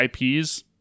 IPs